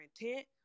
intent